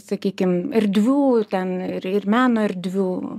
sakykim erdvių ten ir ir meno erdvių